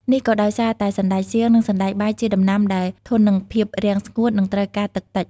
នេះក៏ដោយសារតែសណ្តែកសៀង និងសណ្តែកបាយជាដំណាំដែលធន់នឹងភាពរាំងស្ងួត និងត្រូវការទឹកតិច។